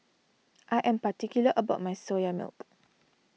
I am particular about my Soya Milk